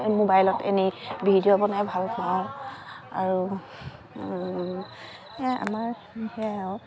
মোবাইলত এনেই ভিডিঅ' বনাই ভাল পাওঁ আৰু এয়াই আমাৰ সেয়াই আৰু